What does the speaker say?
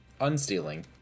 Unstealing